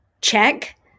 check